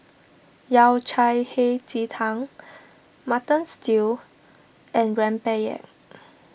Yao Cai Hei Ji Tang Mutton Stew and Rempeyek